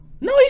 no